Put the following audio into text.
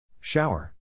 Shower